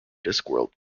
discworld